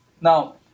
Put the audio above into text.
Now